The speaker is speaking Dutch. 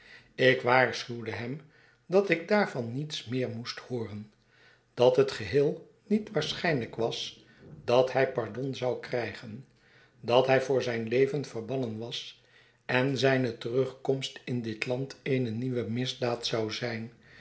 ik waarschuwde hem dat ik daarvan niets meer moest hooren dat het geheel niet waarschijnlijk was dat hij pardon zou krijgen dat hij voor zijn leven verbannen was en zijne terugkomst in dit land eene nieuwe misdaad zou zijn